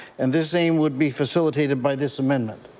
and this aim would be facilitated by this amendment.